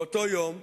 באותו יום,